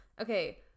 Okay